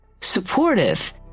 supportive